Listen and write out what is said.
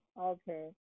okay